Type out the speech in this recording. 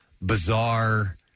bizarre